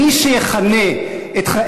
מייד החוצה.